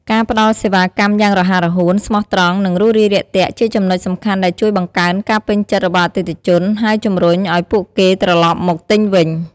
ការផ្ដល់សេវាកម្មយ៉ាងរហ័សរហួន ស្មោះត្រង់ និងរួសរាយរាក់ទាក់ ជាចំណុចសំខាន់ដែលជួយបង្កើនការពេញចិត្តរបស់អតិថិជន ហើយជម្រុញឲ្យពួកគេត្រឡប់មកទិញវិញ។